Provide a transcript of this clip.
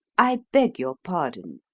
i beg your pardon,